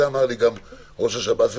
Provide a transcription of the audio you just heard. שאמר לי גם ראש השב"ס,